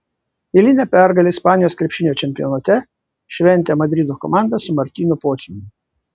eilinę pergalę ispanijos krepšinio čempionate šventė madrido komanda su martynu pociumi